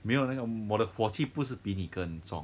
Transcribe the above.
没有那个我的火气不是比你更重